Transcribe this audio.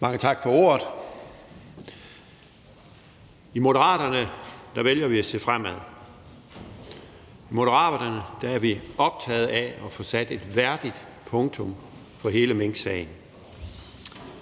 Mange tak for ordet. I Moderaterne vælger vi at se fremad. I Moderaterne er vi optaget af at få sat et værdigt punktum for hele minksagen.